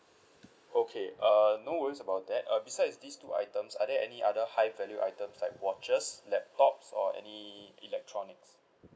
okay uh no worries about that uh besides these two items are there any other high value items like watches laptops or any electronics